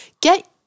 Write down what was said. Get